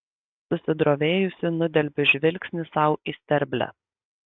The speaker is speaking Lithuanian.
susidrovėjusi nudelbiu žvilgsnį sau į sterblę